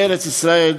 בארץ-ישראל,